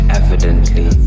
evidently